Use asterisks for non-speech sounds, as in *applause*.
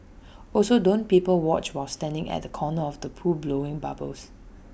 *noise* also don't people watch while standing at the corner of the pool blowing bubbles